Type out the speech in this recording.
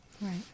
right